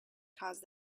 caused